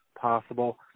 possible